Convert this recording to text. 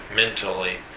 mentally.